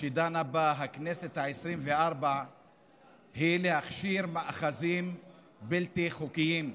שדנה בה הכנסת העשרים-וארבע היא להכשיר מאחזים בלתי חוקיים.